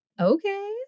Okay